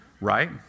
right